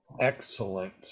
Excellent